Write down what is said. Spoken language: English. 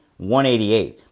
188